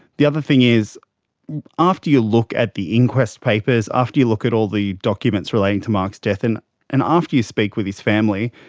the other thing is after you look at the inquest papers, after you look at all the documents relating to mark's death, and and after you speak with his family,